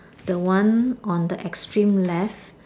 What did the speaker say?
the one on the extreme left